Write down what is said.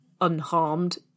unharmed